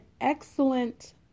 excellent